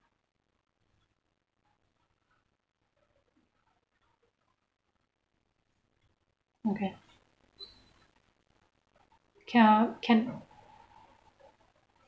okay can I can